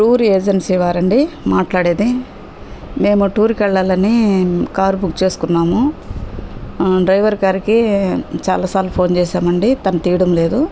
tour agency వారండి మాట్లాడేది మేము టూర్కి వెళ్ళాలని కార్ బుక్ చేసుకున్నాము డ్రైవర్ గారికి చాలా సార్లు ఫోన్ చేసాము అండి తను తీయడంలేదు